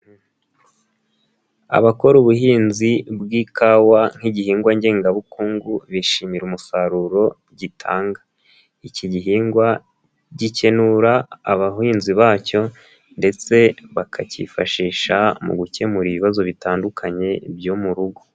Abakora ubuhinzi bw'ikawa nk'igihingwa ngengabukungu bishimira umusaruro gitanga, iki gihingwa gikenura abahinzi bacyo ndetse bakakifashisha mu gukemura ibibazo bitandukanye byo mu rugo.